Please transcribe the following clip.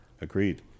Agreed